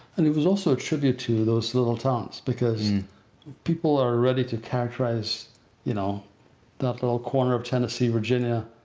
and it was also a tribute to those little towns because people are ready to characterize you know that little corner of tennessee, virginia,